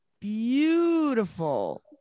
beautiful